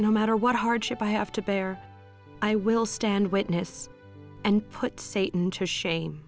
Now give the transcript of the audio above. no matter what hardship i have to bear i will stand witness and put satan to sha